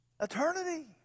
Eternity